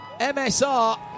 MSR